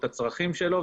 את הצרכים שלו,